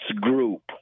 Group